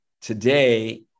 Today